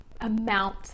amount